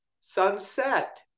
sunset